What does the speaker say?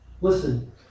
Listen